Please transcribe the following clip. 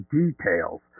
details